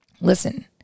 Listen